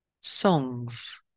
songs